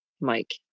Mike